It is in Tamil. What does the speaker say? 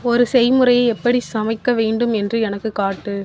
ஒரு செய்முறையை எப்படி சமைக்க வேண்டும் என்று எனக்கு காட்டு